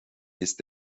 ist